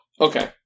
okay